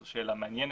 זו שאלה מעניינת.